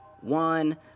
one